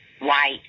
white